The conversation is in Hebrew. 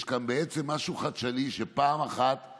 יש כאן בעצם משהו חדשני: ברגע שבן אדם